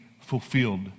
fulfilled